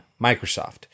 Microsoft